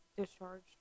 discharged